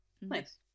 Nice